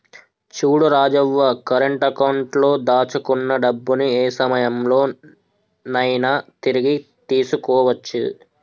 చూడు Rajavva current account లో దాచుకున్న డబ్బుని ఏ సమయంలో నైనా తిరిగి తీసుకోవచ్చు